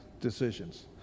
decisions